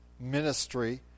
ministry